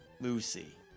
Lucy